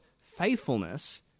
faithfulness